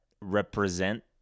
represent